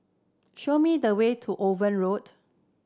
show me the way to Owen Road